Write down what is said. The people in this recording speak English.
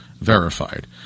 Verified